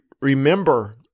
remember